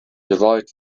derived